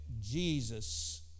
Jesus